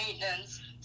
Maintenance